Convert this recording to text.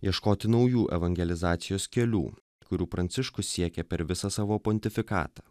ieškoti naujų evangelizacijos kelių kurių pranciškus siekia per visą savo pontifikatą